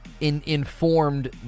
informed